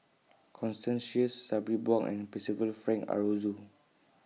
Constance Sheares Sabri Buang and Percival Frank Aroozoo